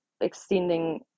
extending